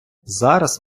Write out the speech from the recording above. зараз